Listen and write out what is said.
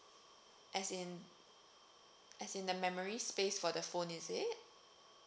as in as in the memory space for the phone is it